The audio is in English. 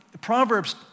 Proverbs